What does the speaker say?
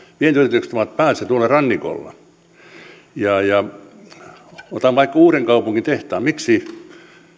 vientiyritykset ovat pääasiassa tuolla rannikolla otan vaikka uudenkaupungin tehtaan miksi